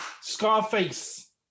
Scarface